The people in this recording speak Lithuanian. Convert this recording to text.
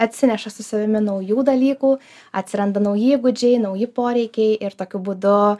atsineša su savimi naujų dalykų atsiranda nauji įgūdžiai nauji poreikiai ir tokiu būdu